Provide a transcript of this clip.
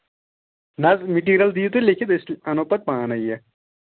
نہ حظ مِٹیٖریَل دِیِو تُہۍ لٮ۪کھِتھ أسۍ اَنو پَتہٕ پانَے یہِ